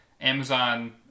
Amazon